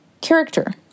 character